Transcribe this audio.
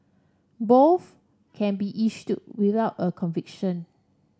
both can be issued without a conviction